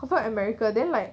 cop america then like